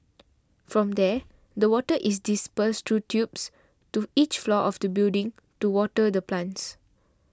from there the water is dispersed through tubes to each floor of the building to water the plants